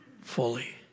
fully